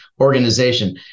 organization